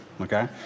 okay